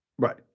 Right